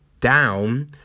down